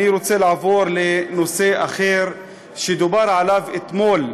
אני רוצה לעבור לנושא אחר שדובר עליו אתמול.